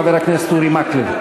חבר הכנסת אורי מקלב.